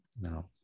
No